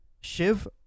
Shiv